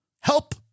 Help